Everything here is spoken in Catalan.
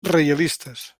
reialistes